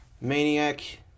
Maniac